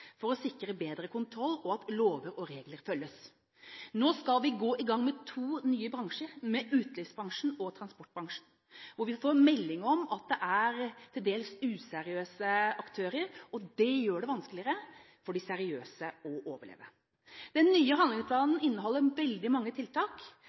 for å sikre bedre kontroll og at lover og regler følges. Nå skal vi gå i gang med to nye bransjer: utelivsbransjen og transportbransjen. Vi får meldinger om at det er til dels useriøse aktører, og det gjør det vanskeligere for de seriøse å overleve. Den nye